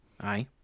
Aye